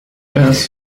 das